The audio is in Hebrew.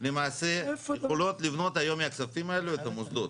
למעשה יכולות לבנות היום מהכספים האלה את המוסדות.